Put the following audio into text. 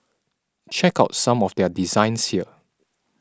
check out some of their designs here